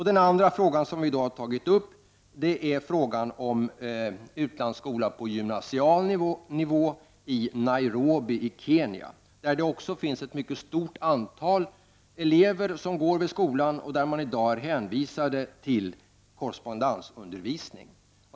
Den andra frågan som vi har tagit upp gäller en utlandsskola på gymnasial nivå i Nairobi i Kenya. Där finns också ett mycket stort antal elever som i dag är hänvisade till korrespondensundervisning.